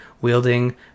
wielding